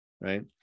right